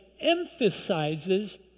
emphasizes